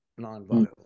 nonviolent